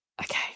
okay